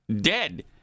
Dead